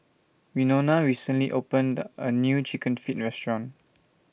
Winona recently opened A New Chicken Feet Restaurant